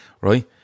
right